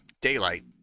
daylight